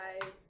guys